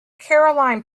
caroline